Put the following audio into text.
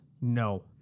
No